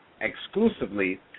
exclusively